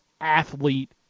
athlete